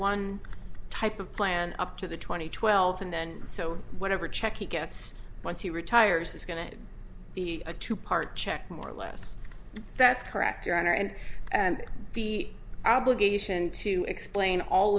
one type of plan up to the two thousand and twelve and then so whatever check he gets once he retires is going to be a two part check more or less that's correct your honor and and the obligation to explain all